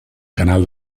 canal